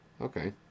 Okay